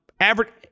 average